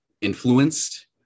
influenced